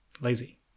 lazy